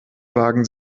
wagen